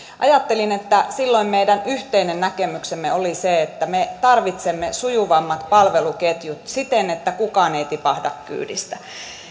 ajattelin että silloin meidän yhteinen näkemyksemme oli se että me tarvitsemme sujuvammat palveluketjut siten että kukaan ei tipahda kyydistä